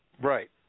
Right